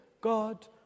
God